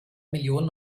millionen